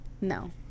No